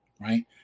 right